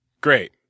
Great